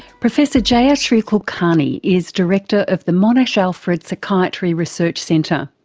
professor jayashri kulkarni is director of the monash alfred psychiatry research centre.